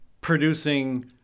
producing